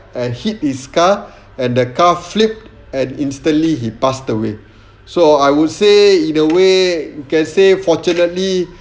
and hit his car and the car flipped and instantly he passed away so I would say in a way you can say fortunately